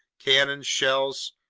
cannons, shells,